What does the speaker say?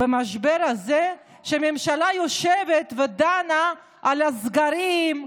במשבר הזה, כשהממשלה יושבת ודנה על הסגרים,